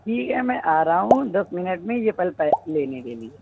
ٹھیک ہے میں آ رہا ہوں دس منٹ میں یہ پھل پیک لینے کے لیے